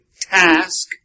task